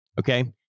Okay